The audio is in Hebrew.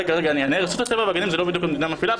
רשות הטבע והגנים זה לא בדיוק המדינה מפעילה,